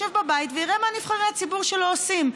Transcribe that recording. ישב בבית ויראה מה נבחרי הציבור שלו עושים.